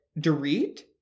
Dorit